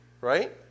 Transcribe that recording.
right